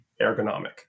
ergonomic